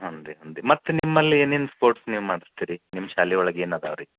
ಹ್ಞೂ ರೀ ಹ್ಞೂ ರೀ ಮತ್ತು ನಿಮ್ಮಲ್ಲಿ ಏನೇನು ಸ್ಪೋರ್ಟ್ಸ್ ಗೇಮ್ ಆಡಿಸ್ತೀರಿ ನಿಮ್ಮ ಶಾಲೆ ಒಳಗೆ ಏನು ಇದಾವೆ ರೀ